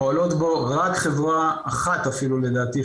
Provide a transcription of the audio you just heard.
פועלות בו רק חברה אחת אפילו לדעתי,